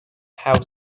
house